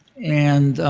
and